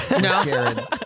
No